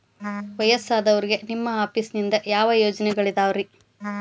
ವಯಸ್ಸಾದವರಿಗೆ ನಿಮ್ಮ ಆಫೇಸ್ ನಿಂದ ಯಾವ ಯೋಜನೆಗಳಿದಾವ್ರಿ?